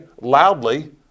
loudly